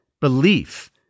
belief